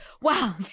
wow